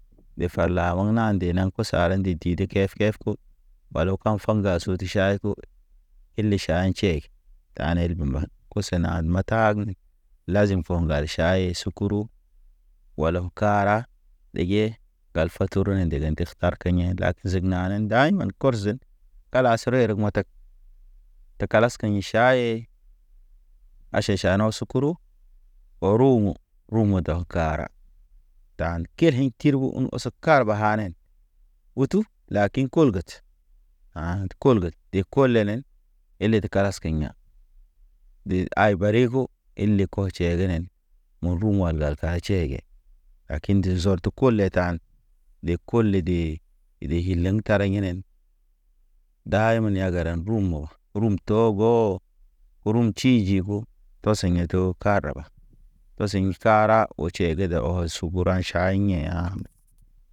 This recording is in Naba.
De fala ɔŋ na nde na ɔs ala nde di de kef- kef ko bala kan faŋga ʃot ʃay ko. Hile ʃay tʃek daned koso na ma taag ni. Lazim fɔ gəra ʃaye sukuru, walam kara ɗege. Gal faturu ne ndege ndeg arkayḛ lag zignane ndayman kɔrzen. Kala serer metak te kalas keɲ ʃaye, aʃan ʃa na sukuru, ɔ rumu rumu daw kara. Dan keliŋ tirbuun osek kara ba hanen utu lakin, kolgat kolgat de kolenen elet kalas keɲa. De ay bariko ile ko tʃegenen. Mu rum wala ka tʃɛgɛ, Lakin dezorde kule tan, de kule de hilen kara ginen. Dayman ya gara rumo, rum togo, rum tiji go tɔ sḛɲeto kara ba. To sḛɲ kara o tʃege de ɔ sugu tugu raɲ ʃay anə.